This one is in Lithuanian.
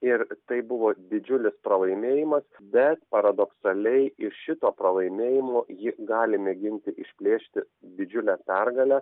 ir tai buvo didžiulis pralaimėjimas bet paradoksaliai iš šito pralaimėjimo ji gali mėginti išplėšti didžiulę pergalę